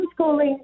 homeschooling